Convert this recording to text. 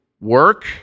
work